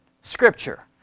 Scripture